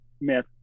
myth